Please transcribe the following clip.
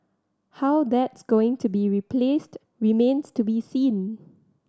how that's going to be replaced remains to be seen